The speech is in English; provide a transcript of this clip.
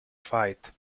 fight